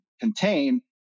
contain